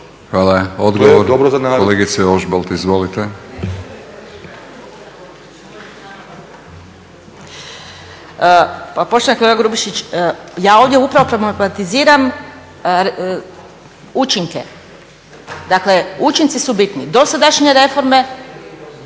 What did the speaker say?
Hvala. Odgovor, kolegice Ožbolt izvolite. **Škare Ožbolt, Vesna (DC)** Pa poštovani kolega Grubišić, ja ovdje upravo problematiziram učinke. Dakle, učinci su bitni. Dosadašnje reforme